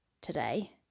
today